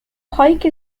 pike